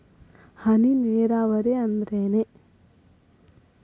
ಹನಿ ನೇರಾವರಿ ಅಂದ್ರೇನ್ರೇ?